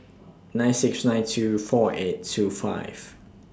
nine six nine two four eight two five